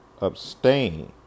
abstain